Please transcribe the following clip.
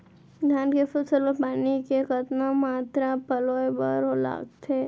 धान के फसल म पानी के कतना मात्रा पलोय बर लागथे?